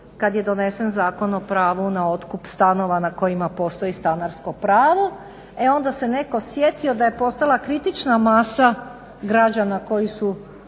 kad je donesen Zakon o pravu na otkup stanova na kojima postoji stanarsko pravo, e onda se netko sjetio da je postala kritična masa građana koji su